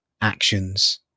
actions